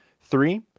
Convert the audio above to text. three